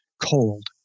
cold